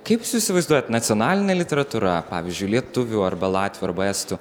kaip jūs įsivaizduojat nacionalinė literatūra pavyzdžiui lietuvių arba latvių arba estų